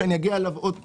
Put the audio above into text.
שאני אגיע אליו עוד פעם.